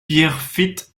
pierrefitte